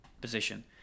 position